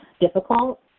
difficult